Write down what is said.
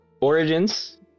Origins